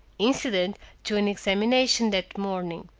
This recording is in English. incident to an examination that morning.